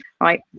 right